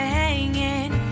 hanging